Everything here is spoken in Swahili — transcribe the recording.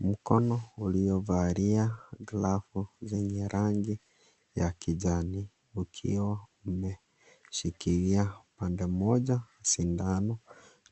Mkono uliovalia glavu, zenye rangi ya kijani, ukiwa umeshikilia pande moja sindano,